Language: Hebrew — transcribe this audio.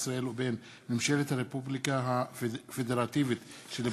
ישראל ובין ממשלת הרפובליקה הפדרטיבית של ברזיל.